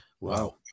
Wow